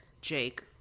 Jake